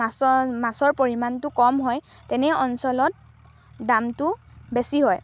মাছ মাছৰ পৰিমাণটো কম হয় তেনে অঞ্চলত দামটো বেছি হয়